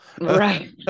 right